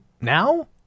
now